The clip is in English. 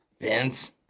Vince